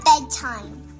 bedtime